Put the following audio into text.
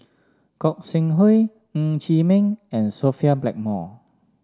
Gog Sing Hooi Ng Chee Meng and Sophia Blackmore